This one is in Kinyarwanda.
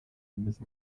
yemeze